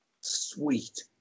Sweet